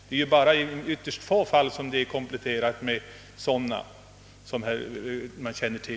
Det är — vad jag känner till — bara i ytterst få fall man har kompletterat med sådan förmån.